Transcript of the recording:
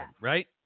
right